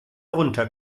runter